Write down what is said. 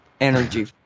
energy